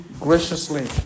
graciously